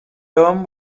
term